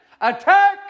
attack